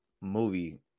movie